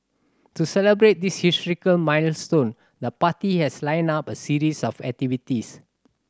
to celebrate this historical milestone the party has lined up a series of activities